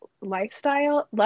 lifestyle